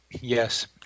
yes